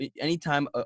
Anytime